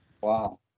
wow